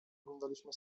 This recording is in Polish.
oglądaliśmy